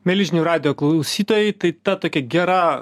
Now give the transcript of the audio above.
mieli žinių radijo klausytojai tai ta tokia gera